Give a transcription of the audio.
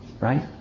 right